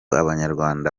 abanyarwanda